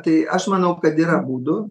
tai aš manau kad yra būdų